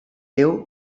déu